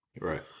Right